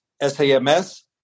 S-A-M-S